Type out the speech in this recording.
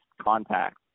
contact